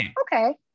okay